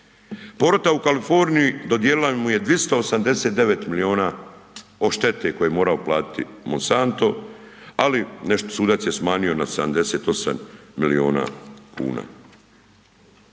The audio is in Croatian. Porota u Kaliforniji dodijelila mu je 289 milijuna odštete koju je morao platiti Monsanto, ali nešto sudac je smanjio na 78 milijuna kuna,